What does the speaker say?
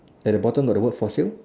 at the bottom got the word for sale